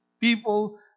people